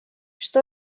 что